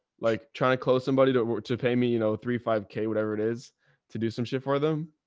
like trying to close somebody to to pay me, you know, three, five k, whatever it is to do some shit for them.